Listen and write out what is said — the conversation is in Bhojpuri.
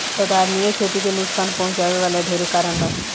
संधारनीय खेती के नुकसान पहुँचावे वाला ढेरे कारण बा